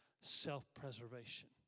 self-preservation